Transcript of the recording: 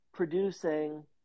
producing